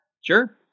Sure